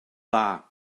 dda